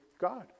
God